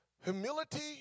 Humility